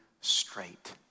straight